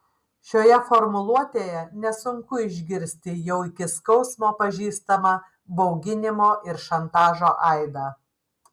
šioje formuluotėje nesunku išgirsti jau iki skausmo pažįstamą bauginimo ir šantažo aidą